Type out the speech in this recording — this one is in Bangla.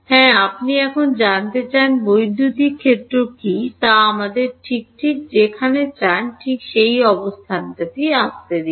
হ্যাঁ আপনি এখন জানতে চান বৈদ্যুতিক ক্ষেত্র কী তা আমাদের ঠিক ঠিক যেখানে চান ঠিক সেই অবস্থানটিতে আসতে দিন